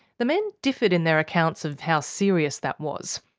the men differed in their accounts of how serious that was.